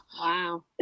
wow